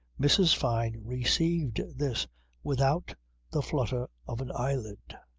mrs. fyne received this without the flutter of an eyelid.